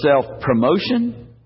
self-promotion